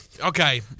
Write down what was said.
okay